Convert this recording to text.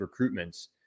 recruitments